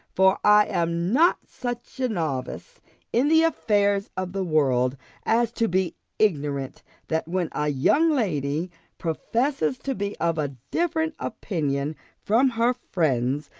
for i am not such a novice in the affairs of the world as to be ignorant that when a young lady professes to be of a different opinion from her friends,